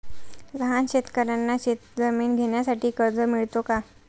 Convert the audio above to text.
लहान शेतकऱ्यांना शेतजमीन घेण्यासाठी कर्ज मिळतो का?